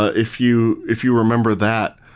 ah if you if you remember that,